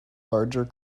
larger